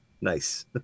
Nice